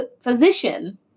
physician